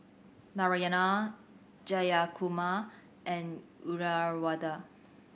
Narayana Jayakumar and Uyyalawada